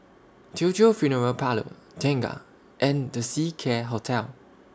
Teochew Funeral Parlour Tengah and The Seacare Hotel